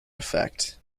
effect